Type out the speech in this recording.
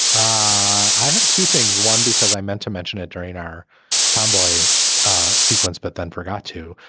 i have two things. one, because i meant to mention it during our tomboy sequence, but then forgot too,